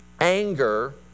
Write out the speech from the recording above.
anger